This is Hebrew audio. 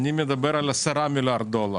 מדובר על 10 מיליארד דולר,